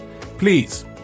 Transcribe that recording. Please